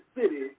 city